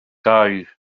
dau